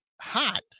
hot